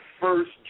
first